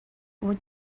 what